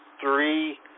three